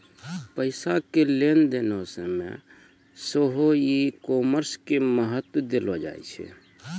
पैसा के लेन देनो मे सेहो ई कामर्स के महत्त्व देलो जाय छै